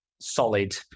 solid